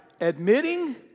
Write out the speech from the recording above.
admitting